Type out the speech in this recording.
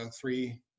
three